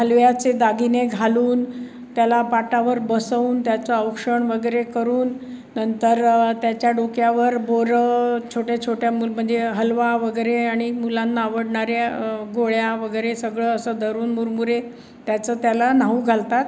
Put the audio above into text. हलव्याचे दागिने घालून त्याला पाटावर बसवून त्याचं औक्षण वगैरे करून नंतर त्याच्या डोक्यावर बोरं छोट्या छोट्या मूल म्हणजे हलवा वगैरे आणि मुलांना आवडणाऱ्या गोळ्या वगैरे सगळं असं धरून मुरमुरे त्याचं त्याला न्हाऊ घालतात